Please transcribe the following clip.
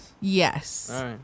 Yes